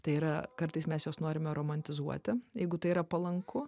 tai yra kartais mes juos norime romantizuoti jeigu tai yra palanku